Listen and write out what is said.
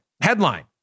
Headline